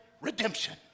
Redemption